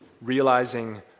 Realizing